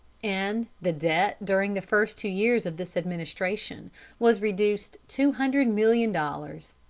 and the debt during the first two years of this administration was reduced two hundred million dollars.